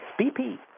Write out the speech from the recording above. BP